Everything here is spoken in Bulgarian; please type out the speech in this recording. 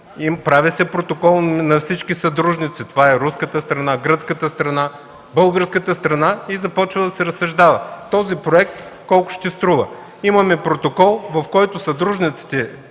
Прави се протокол на всички съдружници – руската, гръцката, българската страна, и започва да се разсъждава този проект колко ще струва. Имаме протокол, в който съдружниците